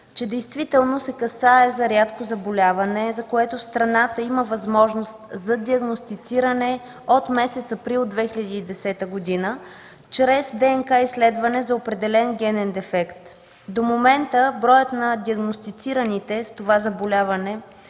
че действително се касае за рядко заболяване, за което в страната има възможност за диагностициране от месец април 2010 г. чрез ДНК изследване за определен генен дефект. До момента броят на диагностицираните с това заболяване